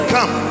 Come